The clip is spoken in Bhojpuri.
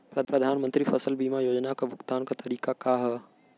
प्रधानमंत्री फसल बीमा योजना क भुगतान क तरीकाका ह?